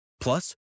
Plus